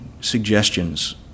suggestions